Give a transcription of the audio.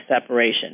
separation